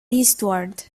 eastward